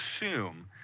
assume